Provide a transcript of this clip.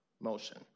motion